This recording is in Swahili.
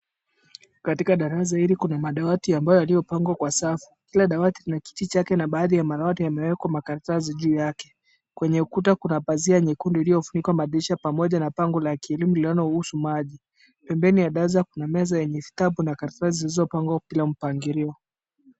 Katika darasa hili kuna madawati ya mbao yaliyopangwa kwa safu. Kila dawati lina kiti chake na baadhi ya madawati yamewekwa makaratasi juu yake. Kwenye ukuta kuna pazia nyekundu iliyofunikwa madirisha pamoja na bango la kielimu linalohusu maji. Pembeni ya darasa kuna meza yenye vitabu na karatasi zilizopangwa bila mpangilio.